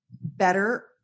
better